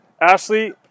Ashley